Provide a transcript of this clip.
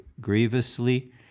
grievously